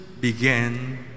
began